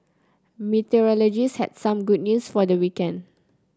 meteorologists had some good news for the weekend